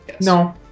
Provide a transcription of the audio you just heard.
No